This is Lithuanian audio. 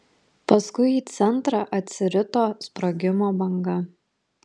paskui į centrą atsirito sprogimo banga